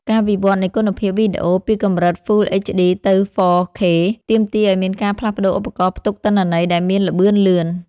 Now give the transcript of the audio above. ការវិវត្តនៃគុណភាពវីដេអូពីកម្រិត ហ្វ៊ុល អេចឌី ទៅដល់ ហ្វ័រ ខេ ទាមទារឱ្យមានការផ្លាស់ប្តូរឧបករណ៍ផ្ទុកទិន្នន័យដែលមានល្បឿនលឿន។